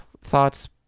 Thoughts